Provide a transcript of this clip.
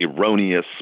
erroneous